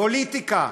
פוליטיקה.